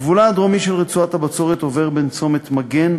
גבולה הדרומי של רצועת הבצורת עובר בין צומת מגן,